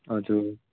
हजुर